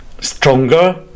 stronger